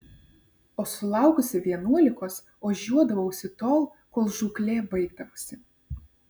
o sulaukusi vienuolikos ožiuodavausi tol kol žūklė baigdavosi